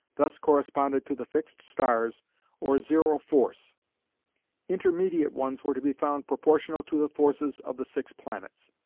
thus corresponded to the fixed stars or zero force intermediate ones were to be found proportional to the forces of the six planets.